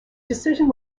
decision